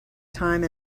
time